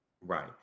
Right